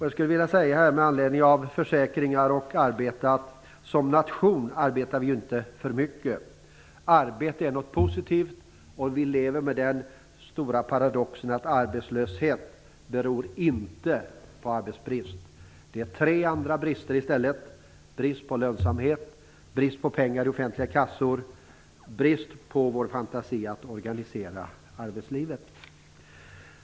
Jag skulle i debatten om arbetslöshetsförsäkringen vilja säga att vi som nation inte arbetar för mycket. Arbete är något positivt, och vi lever med den stora paradoxen att arbetslöshet inte beror på arbetsbrist. Det är i stället tre andra brister - brist på lönsamhet, brist på pengar i offentliga kassor och brist i vår fantasi att organisera arbetslivet.